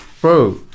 Bro